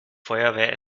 feuerwehr